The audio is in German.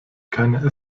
keine